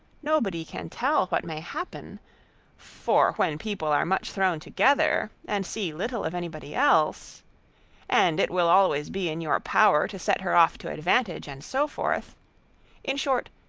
nobody can tell what may happen for, when people are much thrown together, and see little of anybody else and it will always be in your power to set her off to advantage, and so forth in short,